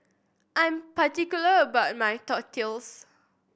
I am particular about my Tortillas